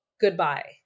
goodbye